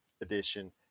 edition